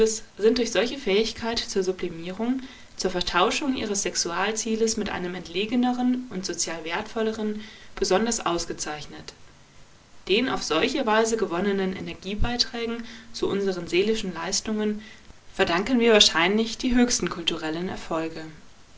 sind durch solche fähigkeit zur sublimierung zur vertauschung ihres sexualzieles mit einem entlegeneren und sozial wertvolleren besonders ausgezeichnet den auf solche weise gewonnenen energiebeiträgen zu unseren seelischen leistungen verdanken wir wahrscheinlich die höchsten kulturellen erfolge